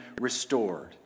restored